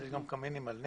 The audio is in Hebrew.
אבל יש גם קמינים על נפט,